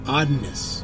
oddness